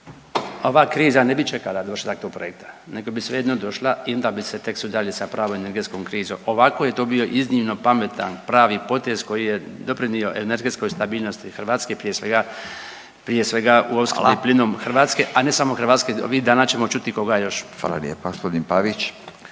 ova kriza ne bi čekala došla do projekta nego bi svejedno došla i onda bi se tek sve dalje sa pravom energetskom krizom. Ovako je to bio iznimno pametan pravi potez koji je doprinio energetskoj stabilnosti Hrvatske, prije svega u opskrbi plinom .../Upadica: Hvala./... Hrvatske, a ne samo Hrvatske, ovih dana ćemo čuti koga još. **Radin, Furio